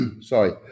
Sorry